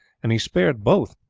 and he spared both,